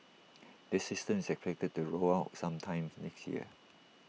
this system is expected to be rolled out sometimes next year